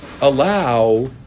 allow